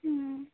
হুম